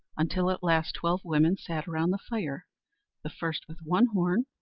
until at last twelve women sat round the fire the first with one horn,